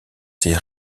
ses